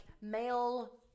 male